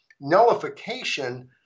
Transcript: nullification